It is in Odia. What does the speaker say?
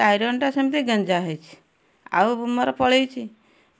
ସେ ଆଇରନଟା ସେମିତି ଗେଞ୍ଜା ହେଇଛି ଆଉ ମୁଁ ମୋର ପଳେଇଛି ପଳେଇଛି ମନ ନାହିଁ ଆଉ